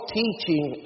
teaching